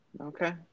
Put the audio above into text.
Okay